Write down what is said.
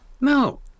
No